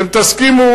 אתם תסכימו